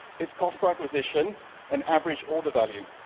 it's cost per acquisition and average order value.